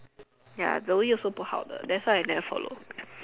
ya the wee also 不好的 that's why I never follow